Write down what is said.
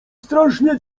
strasznie